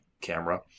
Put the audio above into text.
camera